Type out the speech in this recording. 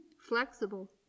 Flexible